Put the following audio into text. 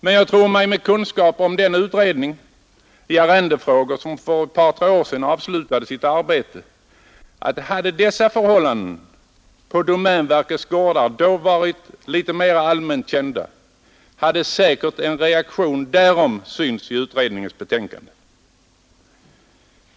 Men jag tror mig kunna påstå, med kunskap om den utredning i arrendefrågor som för ett par tre år sedan avslutade sitt arbete, att hade dessa förhållanden på domänverkets gårdar då varit litet mera allmänt kända så hade säkert en reaktion däremot synts i utredningens betänkande.